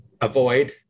avoid